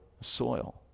soil